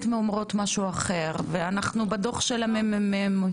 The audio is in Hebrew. אומרות משהו אחר ואנחנו בדוח של הממ"מ.